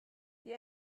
die